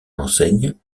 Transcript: enseigne